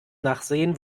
nachsehen